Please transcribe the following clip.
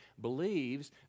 believes